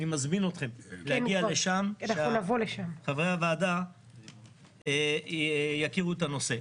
אני מזמין אתכם להגיע לשם כדי שחברי הוועדה יכירו את הנושא.